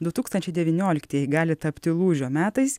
du tūkstančiai devynioliktieji gali tapti lūžio metais